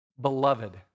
Beloved